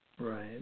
Right